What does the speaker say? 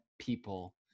people